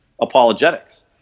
apologetics